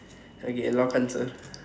okay log our answer